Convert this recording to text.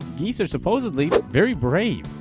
geese are supposedly very brave.